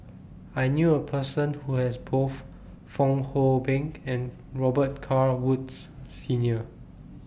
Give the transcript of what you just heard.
I knew A Person Who has Both Fong Hoe Beng and Robet Carr Woods Senior